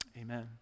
Amen